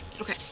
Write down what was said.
Okay